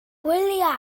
gwyliau